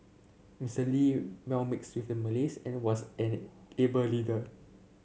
Mister Lee well mixed with the Malays and was an a able leader